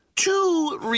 Two